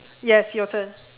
yes your turn